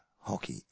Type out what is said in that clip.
Hockey